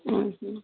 ହଁ